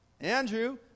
Andrew